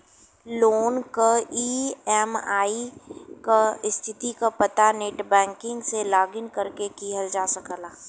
loan क EMI क स्थिति क पता नेटबैंकिंग से लॉगिन करके किहल जा सकला